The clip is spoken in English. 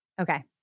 Okay